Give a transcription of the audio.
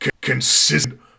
consistent